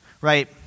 right